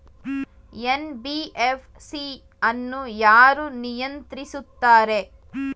NBFC ಅನ್ನು ಯಾರು ನಿಯಂತ್ರಿಸುತ್ತಾರೆ?